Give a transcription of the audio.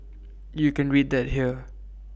you can read that here